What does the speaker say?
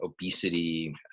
obesity